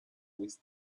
with